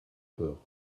peur